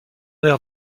aire